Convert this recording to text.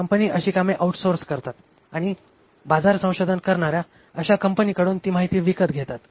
company अशी कामे outsource करतात आणि बाजारसंशोधन करणाऱ्या अशा कंपनीकडून ती माहिती विकत घेतात